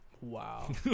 Wow